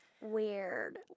weird